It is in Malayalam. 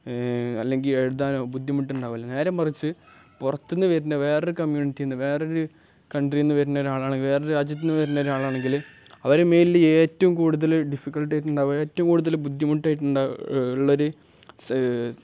അല്ലെങ്കിൽ എഴുതാനോ ബുദ്ധിമുട്ടുണ്ടാകില്ല നേരെ മറിച്ച് പുറത്തു നിന്ന് വരുന്ന വേറൊരു കമ്മ്യൂണിറ്റി ഉണ്ട് വേറൊരു കൺട്രിയിൽ നിന്നു വരുന്ന ഒരാളാണെങ്കിൽ വേറൊരു രാജ്യത്ത് നിന്നു വരുന്ന ഒരാളാണെങ്കിൽ അവർ മെയിൻലി ഏറ്റവും കൂടുതൽ ഡിഫിക്കൽട്ടായിട്ടുണ്ടാകുക ഏറ്റവും കൂടുതൽ ബുദ്ധിമുട്ടായിട്ടുണ്ടാ ഉള്ളൊരു